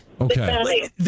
Okay